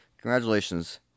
Congratulations